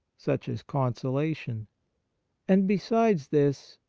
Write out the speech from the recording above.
such as consola tion and besides this,